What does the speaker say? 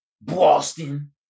Boston